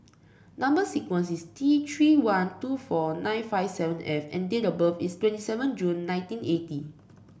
number sequence is T Three one two four nine five seven F and date of birth is twenty seven June nineteen eighty